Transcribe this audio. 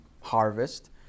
harvest